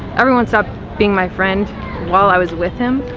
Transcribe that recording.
everyone stopped being my friend while i was with him.